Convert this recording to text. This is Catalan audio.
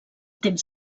temps